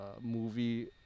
movie